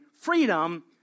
freedom